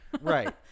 Right